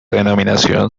denominación